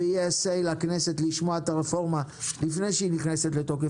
כדי שיהיה סיי לכנסת לשמוע את הרפורמה לפני שהיא נכנסת לתוקף.